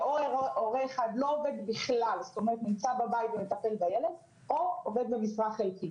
או הורה אחד לא עובד בכלל ונמצא בבית ומטפל בילד או עובד במשרה חלקית.